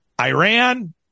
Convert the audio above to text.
Iran